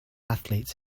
athletes